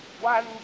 One